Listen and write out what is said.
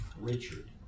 Richard